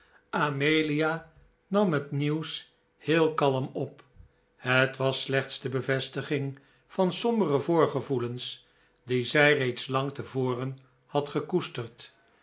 amelia nam het nieuws heel kalm op het was slechts de bevestiging van sombere voorgevoelens die zij reeds lang te voren had gekoesterd